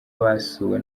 basuwe